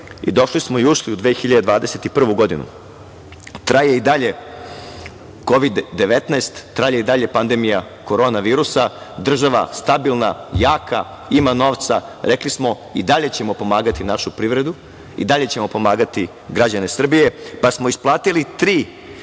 došli smo i ušli u 2021. godinu, traje i dalje Kovid-19, traje i dalje pandemija korona virusa, država stabilna, jaka, ima novca. Rekli smo – i dalje ćemo pomagati našu privredu, i dalje ćemo pomagati građane Srbije, pa smo isplatili tri